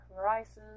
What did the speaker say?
horizons